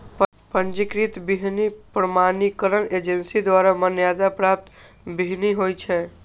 पंजीकृत बीहनि प्रमाणीकरण एजेंसी द्वारा मान्यता प्राप्त बीहनि होइ छै